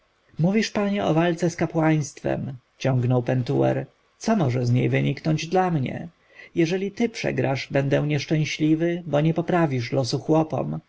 mówisz panie o walce z kapłaństwem ciągnął pentuer co może z niej wyniknąć dla mnie jeżeli ty przegrasz będę nieszczęśliwy bo nie poprawisz losu chłopom